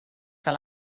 fel